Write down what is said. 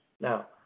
Now